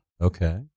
Okay